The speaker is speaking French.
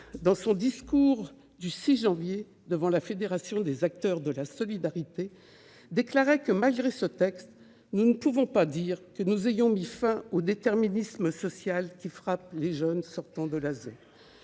dans son discours du 6 janvier dernier devant la Fédération des acteurs de la solidarité, a déclaré que, malgré ce texte, nous ne pouvons pas dire que nous ayons mis fin au déterminisme social qui frappe les jeunes sortant de l'ASE.